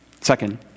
Second